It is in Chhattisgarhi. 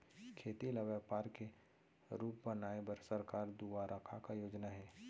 खेती ल व्यापार के रूप बनाये बर सरकार दुवारा का का योजना हे?